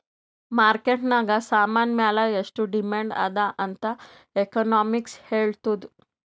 market ನಾಗ್ ಸಾಮಾನ್ ಮ್ಯಾಲ ಎಷ್ಟು ಡಿಮ್ಯಾಂಡ್ ಅದಾ ಅಂತ್ ಎಕನಾಮಿಕ್ಸ್ ಹೆಳ್ತುದ್